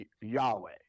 Yahweh